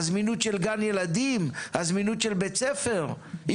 זמינות גן ילד ובית ספר לא נפגעת,